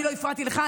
אני לא הפרעתי לך,